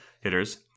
hitters